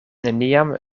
neniam